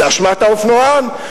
זו אשמת האופנוען,